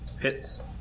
Hits